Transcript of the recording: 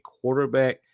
quarterback